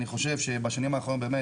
אני חושב שבשנים האחרונות באמת,